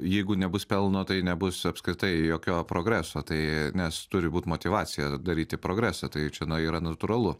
jeigu nebus pelno tai nebus apskritai jokio progreso tai nes turi būt motyvacija daryti progresą tai čionai yra natūralu